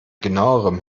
genauerem